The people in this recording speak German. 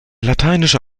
lateinische